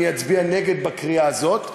אני אצביע נגד בקריאה הזאת,